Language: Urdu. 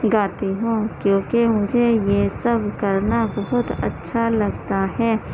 گاتی ہوں کیونکہ مجھے یہ سب کرنا بہت اچھا لگتا ہے